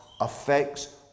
affects